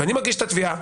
ואני מגיש את התביעה.